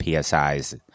psi's